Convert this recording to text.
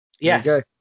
Yes